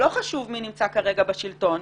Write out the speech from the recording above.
לא חשוב מי נמצא כרגע בשלטון,